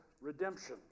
redemption